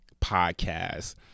podcast